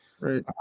Right